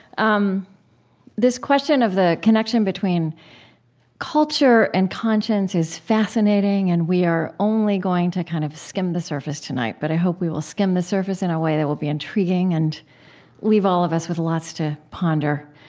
um this question of the connection between culture and conscience is fascinating, and we are only going to kind of skim the surface tonight. but i hope we will skim the surface in a way that will be intriguing and leave all of us with lots to ponder.